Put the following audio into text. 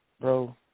Bro